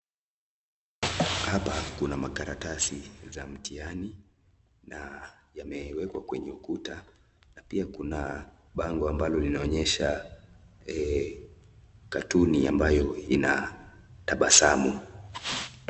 Hapa kuna makaratasi za mtihani na yamewekwa kwenye ukuta na pia kuna bango ambalo linaonyesha katuni ambayo inatabasamu.